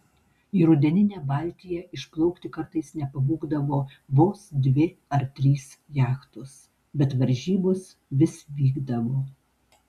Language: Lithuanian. į rudeninę baltiją išplaukti kartais nepabūgdavo vos dvi ar trys jachtos bet varžybos vis vykdavo